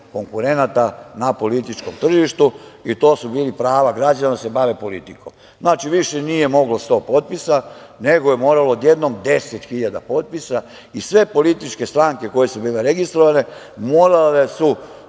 konkurenata na političkom tržištu i to su bili prava građana da se bave politikom. Znači, više nije moglo 100 potpisa, nego je moralo odjednom 10 hiljada potpisa i sve političke stranke koje su bile registrovane morale su